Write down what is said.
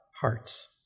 hearts